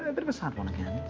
bit of a sad one again